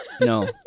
No